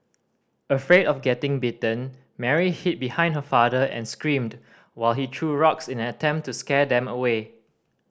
afraid of getting bitten Mary hid behind her father and screamed while he threw rocks in an attempt to scare them away